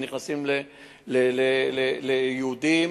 שנכנסים ליהודים.